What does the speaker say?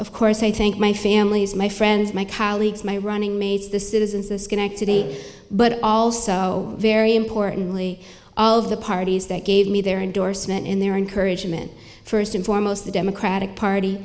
of course i thank my families my friends my colleagues my running mates the citizens of schenectady but also very importantly all of the parties that gave me their endorsement in their encouragement first and foremost the democratic party